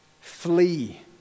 Flee